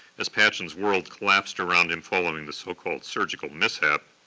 as patchen's world collapsed around him following the so-called surgical mishap,